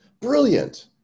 Brilliant